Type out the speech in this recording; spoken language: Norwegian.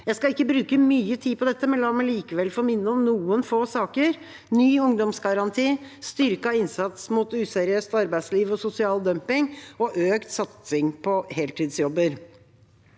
Jeg skal ikke bruke mye tid på dette, men la meg likevel få minne om noen få saker – ny ungdomsgaranti, styrket innsats mot useriøst arbeidsliv og sosial dumping og økt satsing på heltidsjobber.